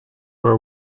were